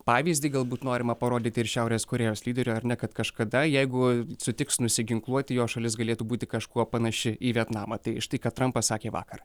pavyzdį galbūt norima parodyti ir šiaurės korėjos lyderiui ar ne kad kažkada jeigu sutiks nusiginkluoti jo šalis galėtų būti kažkuo panaši į vietnamą tai štai katram pasakė vakar